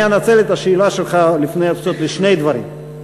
אני אנצל את השאלה שלך לשני דברים: